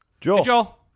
Joel